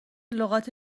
لغات